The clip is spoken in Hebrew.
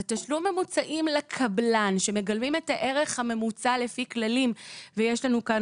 זה תשלום ממוצעים לקבלן שמגלמים את הערך הממוצע לפי כללים - ונמצא כאן